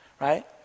right